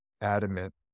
adamant